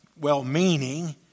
well-meaning